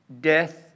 death